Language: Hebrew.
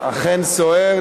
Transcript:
אכן סוער,